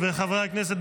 חברי הכנסת,